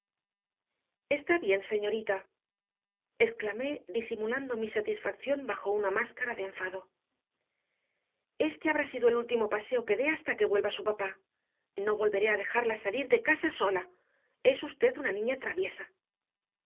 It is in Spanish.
está bien señorita exclamé disimulando mi satisfacción bajo una máscara de enfado éste habrá sido el último paseo que dé hasta que vuelva su papá no volveré a dejarla salir de casa sola es usted una niña traviesa